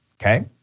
okay